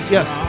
Yes